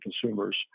consumers